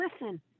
listen